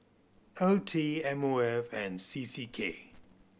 O T M O F and C C K